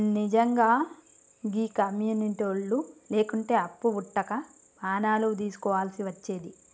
నిజ్జంగా గీ కమ్యునిటోళ్లు లేకుంటే అప్పు వుట్టక పానాలు దీస్కోవల్సి వచ్చేది